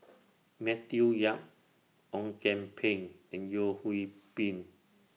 Matthew Yap Ong Kian Peng and Yeo Hwee Bin